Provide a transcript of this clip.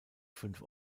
fünf